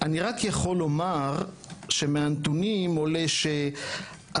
אני רק יכול לומר שמהנתונים עולה שהרכש